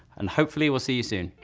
and hopefully we'll see you soon.